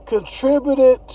contributed